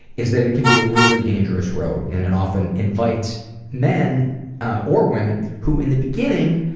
is that it can be a really dangerous road and it often invites men or women who, in the beginning